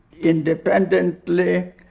independently